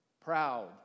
proud